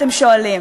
אתם שואלים,